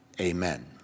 amen